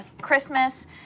Christmas